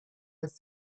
was